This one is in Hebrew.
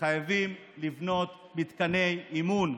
חייבים לבנות מתקני אימון,